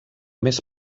més